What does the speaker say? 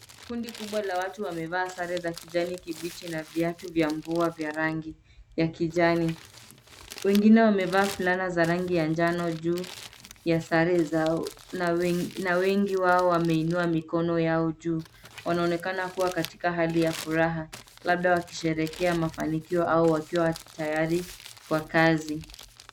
Kundi kubwa la watu wamevaa sare za kijani kibichi na viatu vya mvua vya rangi ya kijani. Wengine wamevaa fulana za rangi ya njano juu ya sare zao na wengi wao wameinua mikono yao juu. Wanaonekana kuwa katika hali ya furaha labda wakisherekea mafanikio au wakiwa tayari kwa kazi.